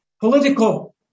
political